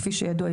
כפי שידוע,